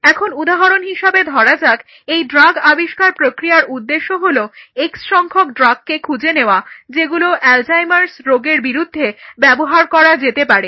এখন উদাহরন হিসাবে ধরা যাক এই ড্রাগ আবিষ্কার প্রক্রিয়ার উদ্দেশ্য হলো x সংখ্যক ড্রাগকে খুঁজে নেওয়া যেগুলো অ্যালজাইমার্স রোগের বিরুদ্ধে ব্যবহার করা যেতে পারে